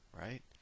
right